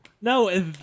No